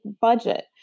budget